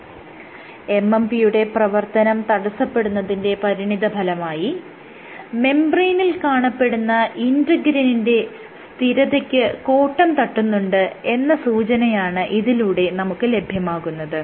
MMP യുടെ പ്രവർത്തനം തടസ്സപ്പെടുന്നതിന്റെ പരിണിതഫലമായി മെംബ്രേയ്നിൽ കാണപ്പെടുന്ന ഇന്റെഗ്രിനിന്റെ സ്ഥിരതയ്ക്ക് കോട്ടം തട്ടുന്നുണ്ട് എന്ന സൂചനയാണ് ഇതിലൂടെ നമുക്ക് ലഭ്യമാകുന്നത്